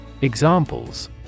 Examples